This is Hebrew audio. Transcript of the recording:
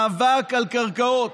מאבק על קרקעות.